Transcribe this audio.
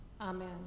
Amen